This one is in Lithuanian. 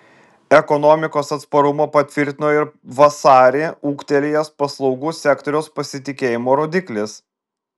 ekonomikos atsparumą patvirtino ir vasarį ūgtelėjęs paslaugų sektoriaus pasitikėjimo rodiklis